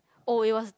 oh it was